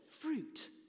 fruit